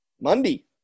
Monday